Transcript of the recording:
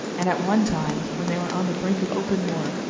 and at one time, when they were on the brink of open war,